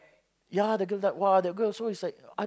ya that girl died !wah! that girl also is like I